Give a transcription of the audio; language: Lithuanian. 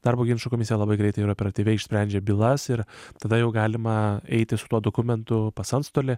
darbo ginčų komisija labai greitai operatyviai išsprendžia bylas ir tada jau galima eiti su tuo dokumentu pas antstolį